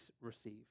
receive